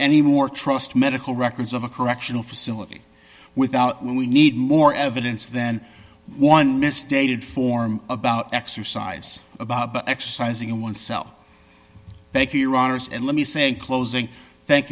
any more trust medical records of a correctional facility without when we need more evidence then one misstated form about exercise about exercising and oneself thank you rogers and let me say closing thank